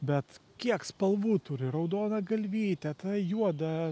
bet kiek spalvų turi raudoną galvytę tą juodą